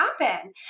happen